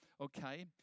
Okay